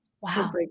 wow